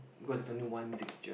because there's only one music teacher